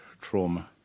trauma